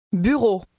Bureau